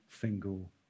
single